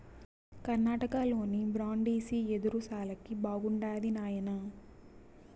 కర్ణాటకలోని బ్రాండిసి యెదురు శాలకి బాగుండాది నాయనా